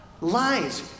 Lies